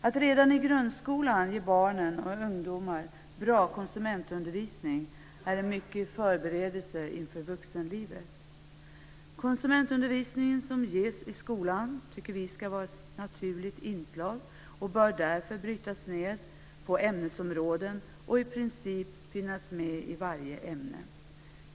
Att redan i grundskolan ge barn och ungdomar bra konsumentundervisning är en mycket viktig förberedelse inför vuxenlivet. Konsumentundervisning som ges i skolan ska vara ett naturligt inslag och bör därför brytas ned på ämnesområden och i princip finnas med i varje ämne.